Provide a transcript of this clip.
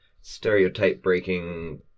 stereotype-breaking